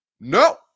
No